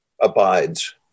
abides